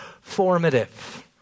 formative